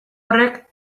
horrek